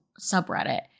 subreddit